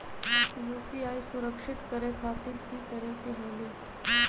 UPI सुरक्षित करे खातिर कि करे के होलि?